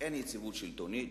אין יציבות שלטונית,